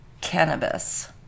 cannabis